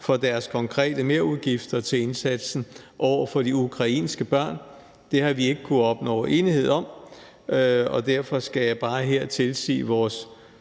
for deres konkrete merudgifter til indsatsen over for de ukrainske børn. Det har vi ikke kunnet opnå enighed om, og derfor skal jeg bare her tilsige vores